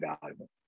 valuable